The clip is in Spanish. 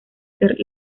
ser